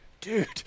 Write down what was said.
Dude